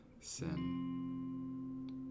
sin